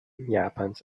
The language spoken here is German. japans